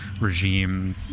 regime